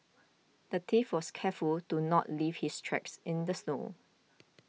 the thief was careful to not leave his tracks in the snow